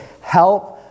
Help